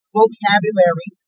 vocabulary